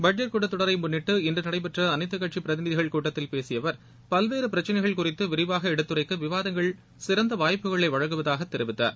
budget கூட்டத்தொடரை முன்னிட்டு இன்று நடைபெற்ற அனைத்துக் கட்சி பிரதிநிதிகள் கூட்டத்தில் பேசிய அவர் பல்வேறு பிரச்சனைகள் குறித்து விரிவாக எடுத்துரைக்க விவதாங்கள் சிறந்த வாய்ப்புகளை வழங்குவதாக தெரிவித்தார்